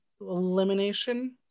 elimination